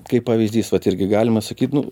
kaip pavyzdys vat irgi galima sakyt nu